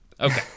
okay